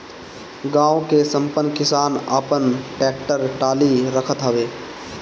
गांव के संपन्न किसान आपन टेक्टर टाली रखत हवे